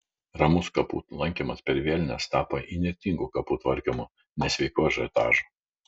ramus kapų lankymas per vėlines tapo įnirtingu kapų tvarkymu nesveiku ažiotažu